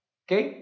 okay